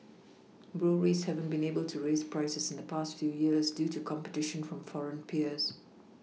breweries hadn't been able to raise prices in the past few years due to competition from foreign peers